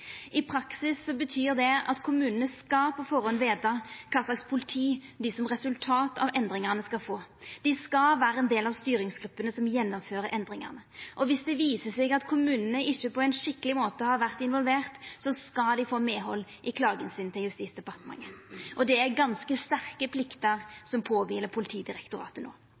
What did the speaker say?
I praksis inneber det at kommunane på førehand skal vita kva slags politi dei skal få som resultat av endringane. Dei skal vera ein del av styringsgruppene som gjennomfører endringane, og viss det viser seg at kommunane ikkje har vore involvert på ein skikkeleg måte, skal dei få medhald i klaga si til Justisdepartementet. Det er ganske sterke pliktar som kviler på Politidirektoratet no.